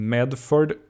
Medford